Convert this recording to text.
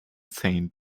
saint